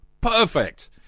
Perfect